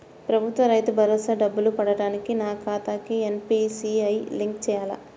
ప్రభుత్వ రైతు భరోసా డబ్బులు పడటానికి నా ఖాతాకి ఎన్.పీ.సి.ఐ లింక్ చేయాలా?